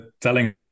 telling